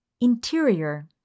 Interior